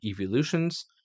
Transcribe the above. evolutions